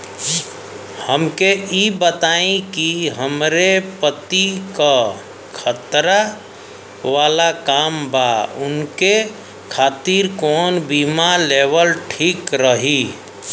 हमके ई बताईं कि हमरे पति क खतरा वाला काम बा ऊनके खातिर कवन बीमा लेवल ठीक रही?